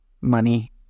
money